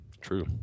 true